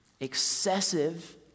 Excessive